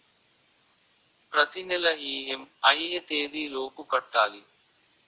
ప్రతినెల ఇ.ఎం.ఐ ఎ తేదీ లోపు కట్టాలి?